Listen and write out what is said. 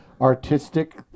artistic